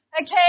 Okay